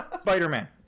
Spider-Man